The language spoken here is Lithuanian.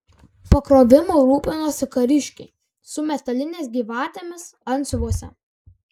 pakrovimu rūpinosi kariškiai su metalinėmis gyvatėmis antsiuvuose